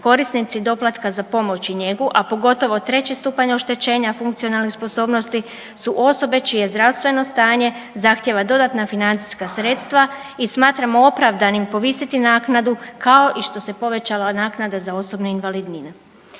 Korisnici doplatka za pomoć i njegu, a pogotovo treći stupanj oštećenja funkcionalnih sposobnosti su osobe čije zdravstveno stanje zahtjeva dodatna financijska sredstva i smatramo opravdanim povisiti naknadu kao i što se povećala naknada za osobnu invalidninu.